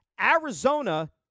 Arizona